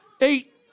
eight